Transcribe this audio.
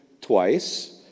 twice